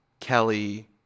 Kelly